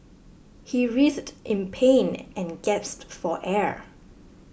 he writhed in pain and gasped for air